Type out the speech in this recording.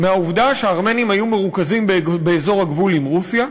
מהעובדה שהארמנים היו מרוכזים באזור הגבול עם רוסיה,